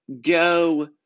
go